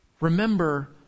Remember